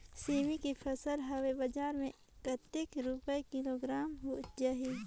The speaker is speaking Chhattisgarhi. सेमी के फसल हवे बजार मे कतेक रुपिया किलोग्राम जाही?